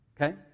Okay